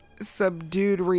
subdued